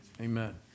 Amen